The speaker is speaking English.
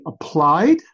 applied